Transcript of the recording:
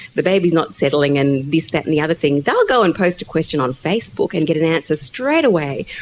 the baby is not settling and this, that and the other thing, they will go and post a question on facebook and get an answer straight away,